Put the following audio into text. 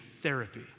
therapy